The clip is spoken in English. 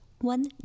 One